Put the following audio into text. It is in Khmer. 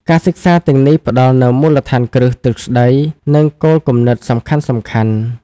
ការសិក្សាទាំងនេះផ្តល់នូវមូលដ្ឋានគ្រឹះទ្រឹស្តី និងគោលគំនិតសំខាន់ៗ។